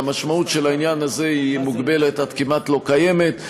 והמשמעות של העניין הזה היא מוגבלת עד כמעט לא קיימת.